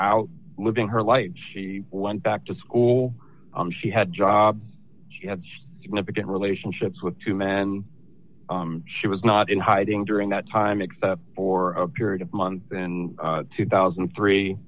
out living her life she went back to school she had job again relationships with two men she was not in hiding during that time except for a period of months in two thousand and three